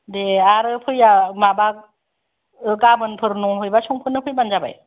दे आरो फैया माबा गाबोनफोर नहयबा संफोरफोर फैबानो जाबाय